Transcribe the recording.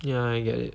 ya I get it